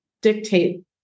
dictate